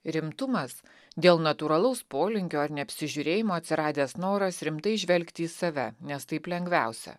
rimtumas dėl natūralaus polinkio ar neapsižiūrėjimo atsiradęs noras rimtai žvelgti į save nes taip lengviausia